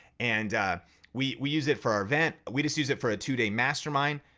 and we we use it for our event, we just use it for a two-day mastermind.